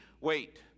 wait